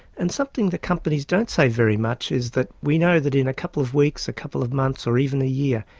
and something the companies don't say very much is that we know in a couple of weeks, a couple of months or even a year,